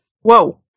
Whoa